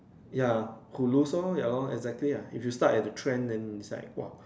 ya who lose lor ya lor exactly ah if you start at trend then it's like !wah!